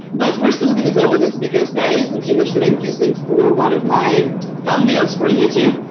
but we're still gonna go with this because that is an image that i'm using for one of my thumbnails for youtube.